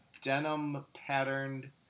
denim-patterned